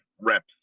reps